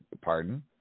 Pardon